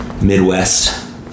Midwest